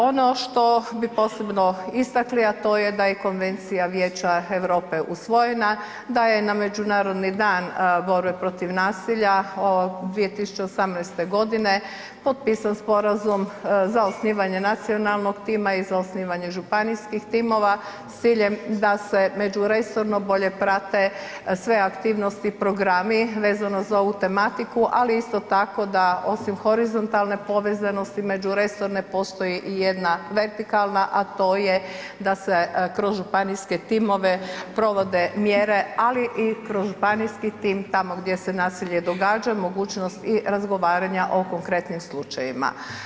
Ono što bih posebno istakli, a to je da je Konvencija Vijeća Europe usvojena, da je na međunarodni dan borbe protiv nasilja 2018. g. potpisan sporazum za osnivanje nacionalnog tima i za osnivanje županijskih timova s ciljem da se međuresorno bolje prate sve aktivnosti, programi, vezano za ovu tematiku, ali isto tako da osim horizontalne povezanosti međuresorne, postoji i jedna vertikalna, a to je da se kroz županijske timove provode mjere, ali i kroz županijski tim, tamo gdje se nasilje događa, mogućnost i razgovaranja o konkretnim slučajevima.